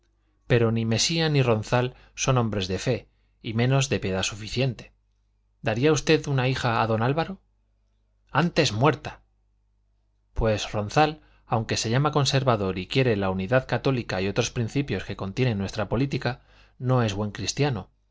pero ni mesía ni ronzal son hombres de fe y menos de piedad suficiente daría usted una hija a don álvaro antes muerta pues ronzal aunque se llama conservador y quiere la unidad católica y otros principios que contiene nuestra política no es buen cristiano